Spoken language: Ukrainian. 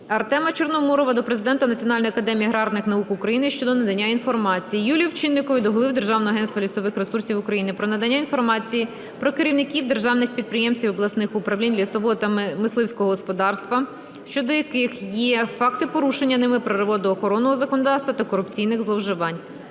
Артема Чорноморова до Президента Національної академії аграрних наук України щодо надання інформації. Юлії Овчинникової до Голови Державного агентства лісових ресурсів України про надання інформації про керівників державних підприємств і обласних управлінь лісового та мисливського господарства щодо яких є факти порушення ними природоохоронного законодавства та корупційних зловживань.